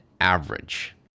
average